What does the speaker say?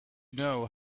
know